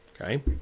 Okay